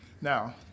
Now